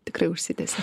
tikrai užsitęsė